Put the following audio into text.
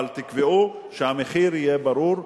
אבל תקבעו שהמחיר יהיה ברור,